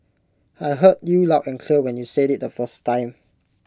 I heard you loud and clear when you said IT the first time